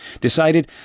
Decided